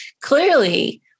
Clearly